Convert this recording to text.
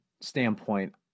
standpoint